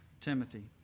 Timothy